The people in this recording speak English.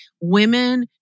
Women